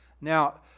Now